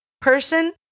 person